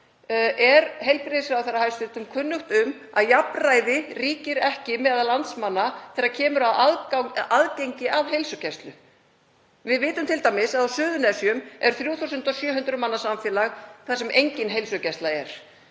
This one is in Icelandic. heilbrigðisráðherra kunnugt um að jafnræði ríkir ekki meðal landsmanna þegar kemur að aðgengi að heilsugæslu? Við vitum t.d. að á Suðurnesjum er 3.700 manna samfélag þar sem engin heilsugæsla er.